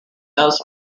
does